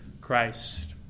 Christ